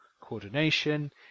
coordination